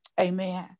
Amen